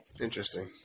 Interesting